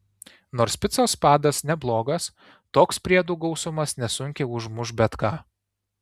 nors picos padas neblogas toks priedų gausumas nesunkiai užmuš bet ką